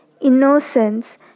Innocence